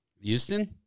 Houston